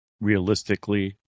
realistically